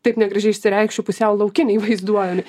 taip negražiai išsireikšiu pusiau laukiniai vaizduojami